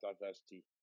diversity